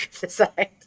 decide